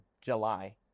july